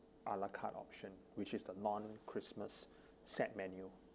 a la carte option which is the non christmas set menu